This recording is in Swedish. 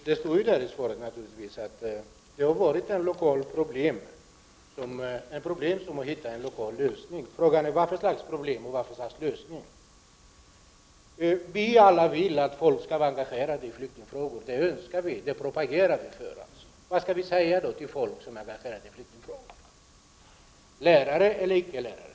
Herr talman! Det står i svaret att det har varit ett lokalt problem och att man har hittat en lokal lösning. Frågan är vad för slags problem och vad för slags lösning. Vi vill alla att folk skall vara engagerade i flyktingfrågor. Det önskar vi, och det propagerar vi för. Vad skall vi säga till folk som är engagerade i flyktingfrågor, lärare eller icke lärare?